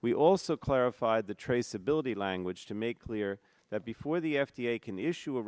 we also clarified the traceability language to make clear that before the f d a can issue